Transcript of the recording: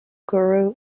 guru